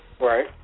right